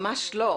ממש לא.